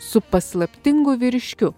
su paslaptingu vyriškiu